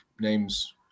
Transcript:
names